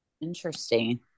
Interesting